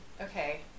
okay